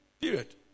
Period